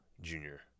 junior